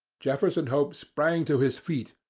jefferson hope sprang to his feet,